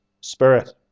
Spirit